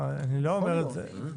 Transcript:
לא, אני לא אומר את זה.